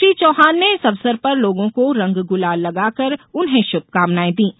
श्री चौहान ने इस अवसर पर लोगों को रंग गुलाल लगाकर उन्हें शुभकामनाएं दीं